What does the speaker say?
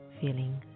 feeling